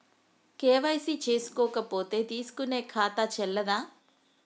KYC చేసుకోకపోతే తీసుకునే ఖాతా చెల్లదా?